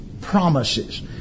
promises